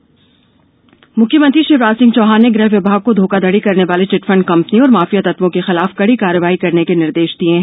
CM निर्देश मुख्यमंत्री शिवराज सिंह चौहान ने गृह विभाग को धोखाधड़ी करने वाली चिटफंड कंपनियों और माफिया तत्वों के खिलाफ कड़ी कार्यवाही करने के निर्देश दिये हैं